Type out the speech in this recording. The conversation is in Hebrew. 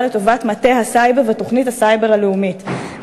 לטובת מטה הסייבר ותוכנית הסייבר הלאומית,